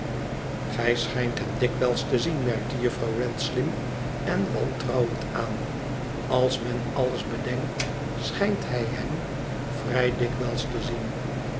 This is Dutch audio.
gij schijnt hem dikwijls te zien merkte jufirouw wren slim en wantrouwendaan alsmen les bedenkt schijnt gij hem vrij dikwijls te zien